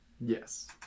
yes